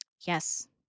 Yes